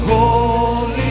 Holy